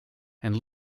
and